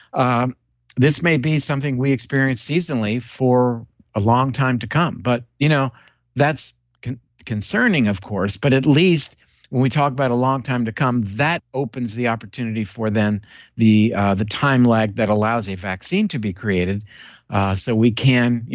ah this may be something we experience seasonally for a long time to come. but you know that's concerning of course, but at least when we talk about a long time to come, that opens the opportunity for then the the time lag that allows a vaccine to be created so we can,